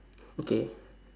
okay